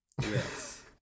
yes